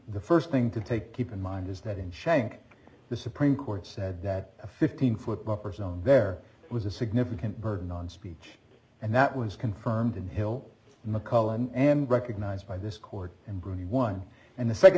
the first thing to take keep in mind is that in shank the supreme court said that a fifteen foot boppers on there was a significant burden on speech and that was confirmed in hill mccollum and recognized by this court and really one and the second